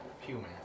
human